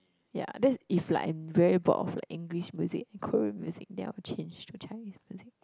ya that's if like I'm very bored of like English music and Korean music then I'll change to Chinese music